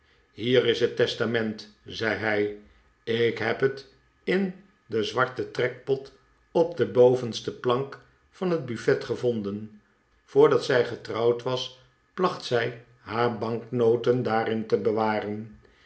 hier is het testament zei hij ik heb het in den zwarten trekpot op de bovenste plank van het buffet gevonden voordat zij getrouwd was placht zij haar banknoten daar in te be